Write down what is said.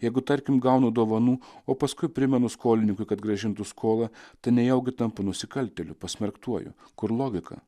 jeigu tarkim gaunu dovanų o paskui primenu skolininkui kad grąžintų skolą tai nejaugi tampu nusikaltėliu pasmerktuoju kur logika